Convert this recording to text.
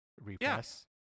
repress